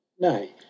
nay